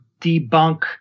debunk